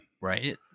Right